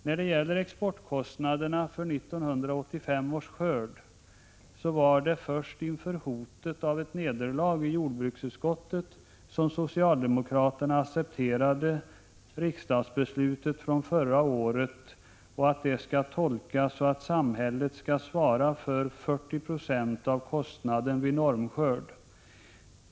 När det gäller exportkostnaderna för 1985 års skörd var det först inför hotet av ett nederlag i jordbruksutskottet som socialdemokraterna accepterade att riksdagsbeslutet från förra året skall tolkas så att samhället skall svara för 40 260 av kostnaden vid normskörd.